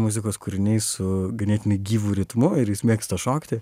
muzikos kūriniai su ganėtinai gyvu ritmu ir jis mėgsta šokti